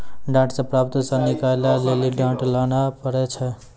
डांट से प्राप्त सन निकालै लेली डांट लाना पड़ै छै